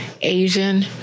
Asian